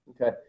Okay